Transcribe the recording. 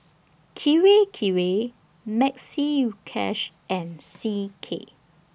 Kirei Kirei Maxi Cash and C K